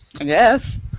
Yes